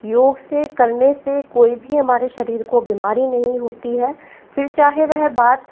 योग से करने से कोई भी हमारे शरीर को बीमारी नहीं होती है फिर चाहे वह बात